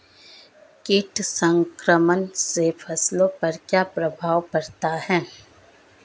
कीट संक्रमण से फसलों पर क्या प्रभाव पड़ता है?